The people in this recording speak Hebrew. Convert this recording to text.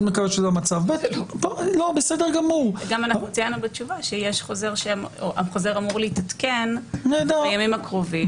גם ציינו בתשובה שיש חוזר שאמור להתעדכן בימים הקרובים.